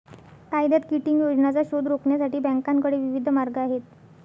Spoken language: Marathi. कायद्यात किटिंग योजनांचा शोध रोखण्यासाठी बँकांकडे विविध मार्ग आहेत